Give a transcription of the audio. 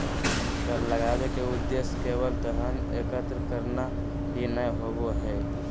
कर लगावय के उद्देश्य केवल धन एकत्र करना ही नय होबो हइ